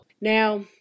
Now